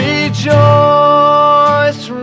Rejoice